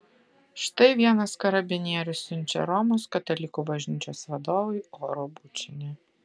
štai vienas karabinierius siunčia romos katalikų bažnyčios vadovui oro bučinį